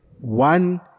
one